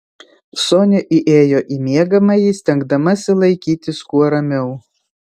sonia įėjo į miegamąjį stengdamasi laikytis kuo ramiau